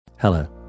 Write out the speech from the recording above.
Hello